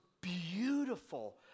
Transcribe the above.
beautiful